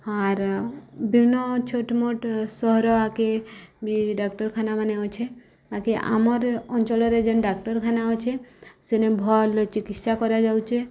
ଆର୍ ବିଭିନ୍ନ ଛୋଟ୍ମୋଟ୍ ସହରକେ ବି ଡାକ୍ଟରଖାନାମାନେ ଅଛେ ବାକି ଆମର୍ ଅଞ୍ଚଳରେ ଯେନ୍ ଡାକ୍ଟରଖାନା ଅଛେ ସେନେ ଭଲ୍ ଚିକିତ୍ସା କରାଯାଉଚେ